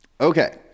Okay